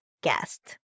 guest